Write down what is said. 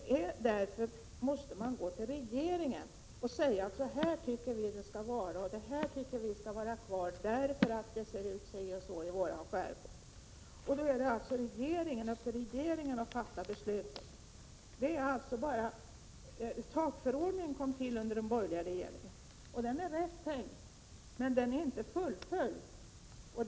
Därför måste man gå till regeringen och säga: Så här tycker vi att det skall vara. Det här tycker vi skall vara kvar, därför att det ser ut på ett visst sätt i vår skärgård. Sedan ankommer det alltså på regeringen att fatta beslut. ”TAK-förordningen” kom till under den borgerliga regeringstiden. Tanken är nog riktig. Men man har inte fullföljt det hela.